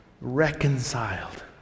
reconciled